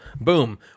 Boom